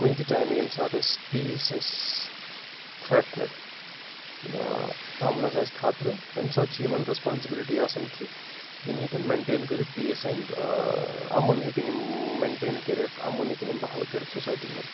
کُنہِ تہِ ٹایمہٕ ییٚمہِ ساتہٕ أسۍ پیٖس اَسہِ تھرٛٹنٕڈ یا اَمنَس آسہِ خطرٕ تَمہِ ساتہٕ چھِ یِمَن رَیسپَانٛسِبِلٹی آسَن کہِ یِم ہیٚکن مِینٹَین کٔرِتھ پیٖس اَیٚنڈ اَمُن ہیٚکن یِم مِینٹَین کٔرِتھ اَمُن ہیٚکن یِم بَہال کٔرِتھ سوسایٹی منٛز